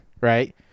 right